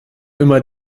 immer